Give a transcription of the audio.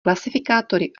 klasifikátory